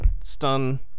Stun